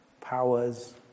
powers